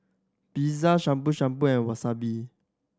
Pizza Shabu Shabu and Wasabi